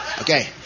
Okay